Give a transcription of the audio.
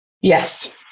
Yes